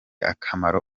akamaro